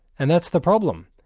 and that's the problem.